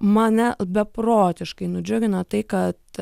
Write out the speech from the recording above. mane beprotiškai nudžiugino tai kad